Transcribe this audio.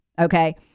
Okay